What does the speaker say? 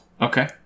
Okay